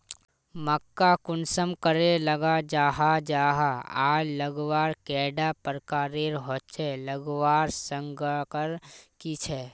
मक्का कुंसम करे लगा जाहा जाहा आर लगवार कैडा प्रकारेर होचे लगवार संगकर की झे?